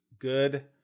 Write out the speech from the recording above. good